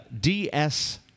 DS